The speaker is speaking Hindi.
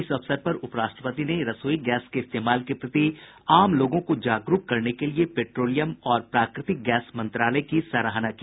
इस अवसर पर उपराष्ट्रपति ने रसोई गैस के इस्तेमाल के प्रति लोगों को जागरूक करने के लिए पेट्रोलियम और प्राकृतिक गैस मंत्रालय की सराहना की